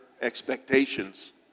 expectations